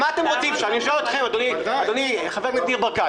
אני שואל אותך חבר הכנסת ניר ברקת,